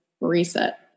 reset